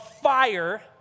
fire